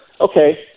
okay